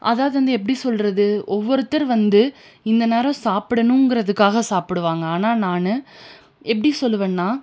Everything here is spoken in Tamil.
அதாவது வந்து எப்படி சொல்கிறது ஒவ்வொருத்தர் வந்து இந்த நேரம் சாப்பிடணும்ங்குறதுக்காக சாப்பிடுவாங்க ஆனால் நான் எப்படி சொல்வேன்னா